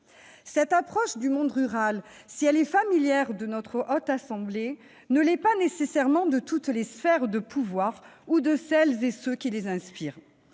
Cette approche du monde rural, si elle est familière à notre Haute Assemblée, ne l'est pas nécessairement à toutes les sphères de pouvoir ou à celles et ceux qui les inspirent.